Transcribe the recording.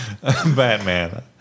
Batman